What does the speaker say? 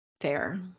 Fair